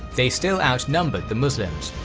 they still outnumbered the muslims,